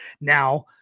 now